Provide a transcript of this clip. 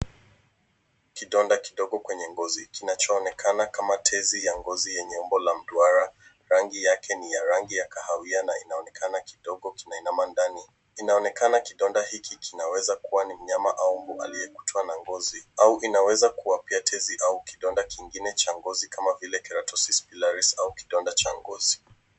Kidonda kidogo kwenye ngozi, kinachoonekana kama tezi ya ngozi yenye umbo la duara, rangi yake ni ya kahawia na inaonekana kidogo kinainama ndani .Inaonekana kidoda hiki kinaweza kuwa ni minyama au mbu aliyekutwa na gozi au inaweza kuwa pia tezi au kidonda kingine cha ngozi kama vile keratosis pilaris au kidonda cha ngozi.